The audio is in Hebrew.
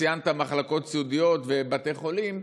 ציינת מחלקות סיעודיות ובתי חולים,